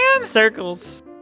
Circles